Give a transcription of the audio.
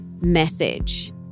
message